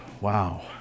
Wow